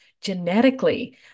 genetically